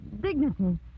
dignity